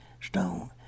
stone